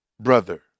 brother